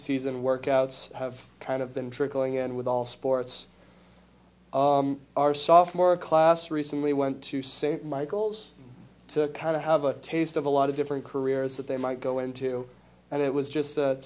season workouts have kind of been trickling in with all sports our software class recently went to st michaels to kind of have a taste of a lot of different careers that they might go into and it was just